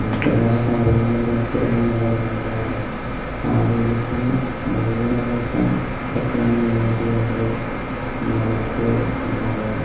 അങ്ങനെത്തെ കുറേ കാര്യങ്ങളിൽ ഏർപ്പെടുന്നത് വളരെ നല്ലതാണ് ആരോഗ്യത്തിന് ആരോഗ്യം നിലനിർത്താൻ ഇതൊക്കെയാണ് മെയിൻ ആയിട്ട് ചെയ്യേണ്ടത് പിന്നെ നമുക്ക് എന്താ പറയുക